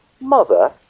Mother